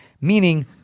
meaning